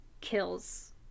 kills